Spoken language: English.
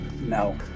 No